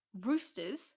Roosters